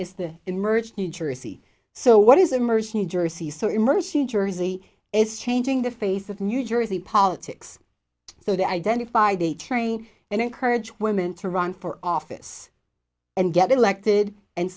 is the emerged new jersey so what is immersion in jersey so immersed in jersey is changing the face of new jersey politics so to identify they train and encourage women to run for office and get elected and